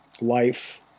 life